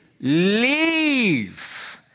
Leave